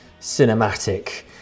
cinematic